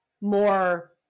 more